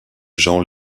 jean